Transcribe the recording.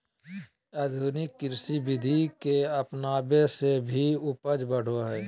आधुनिक कृषि विधि के अपनाबे से भी उपज बढ़ो हइ